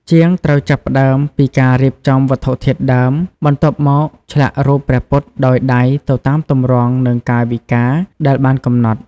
ជាងត្រូវចាប់ផ្ដើមពី ការរៀបចំវត្ថុធាតុដើម បន្ទាប់មកឆ្លាក់រូបព្រះពុទ្ធដោយដៃទៅតាមទម្រង់និងកាយវិការដែលបានកំណត់។